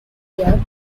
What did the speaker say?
year